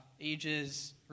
ages